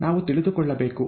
ನಾವು ತಿಳಿದುಕೊಳ್ಳಬೇಕು